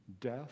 death